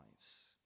lives